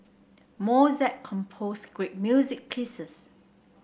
Mozart composed great music pieces